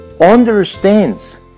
understands